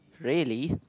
really